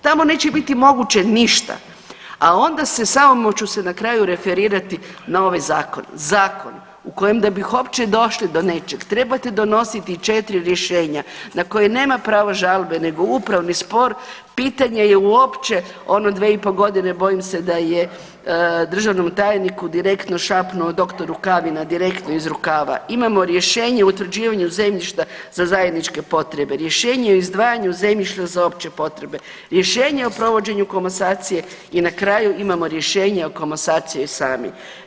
Tamo neće biti moguće ništa, a onda se, samo ću se na kraju referirati na ovaj zakon, zakon u kojem da bih uopće došli do nečeg trebate donositi 4 rješenja na koje nema pravo žalbe nego upravni spor, pitanje je uopće ono 2,5.g. bojim se da je državnom tajniku direktno šapnuo dr. Rukavina direktno iz rukava, imamo rješenje o utvrđivanju zemljišta za zajedničke potrebe, rješenje o izdvajanju zemljišta za opće potrebe, rješenje o provođenju komasacije i na kraju imamo rješenje o komasaciji sami.